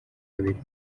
babiri